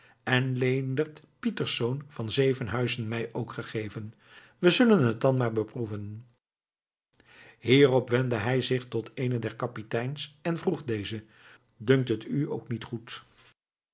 en leendert pietersz van zevenhuizen mij ook gegeven we zullen het dan maar beproeven hierop wendde hij zich tot eenen der kapiteins en vroeg dezen dunkt het u ook niet goed